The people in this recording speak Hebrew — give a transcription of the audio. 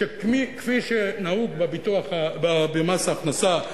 שכפי שנהוג במס הכנסה,